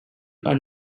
are